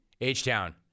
H-Town